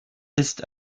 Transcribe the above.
ist